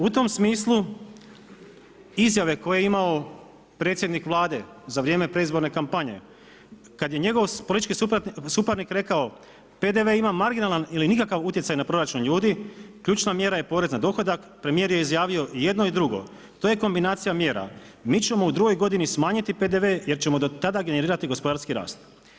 U tom smislu izjave koje je imao predsjednik Vlade za vrijeme predizborne kampanje, kad je njegov politički suparnik rekao PDV ima marginalan ili nikakav utjecaj na proračun ljudi, ključna mjera je porez na dohodak, premijer je izjavio jedno i drugo, to je kombinacija mjera, mi ćemo u drugoj godini smanjiti PDV jer ćemo do tada generirati gospodarski rast.